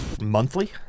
Monthly